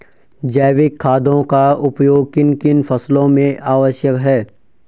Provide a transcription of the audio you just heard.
जैविक खादों का उपयोग किन किन फसलों में आवश्यक है?